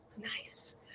nice